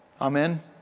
Amen